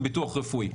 וביטוח רפואי,